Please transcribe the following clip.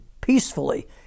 peacefully